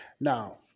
now